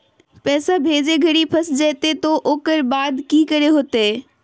पैसा भेजे घरी फस जयते तो ओकर बाद की करे होते?